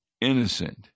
innocent